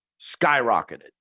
skyrocketed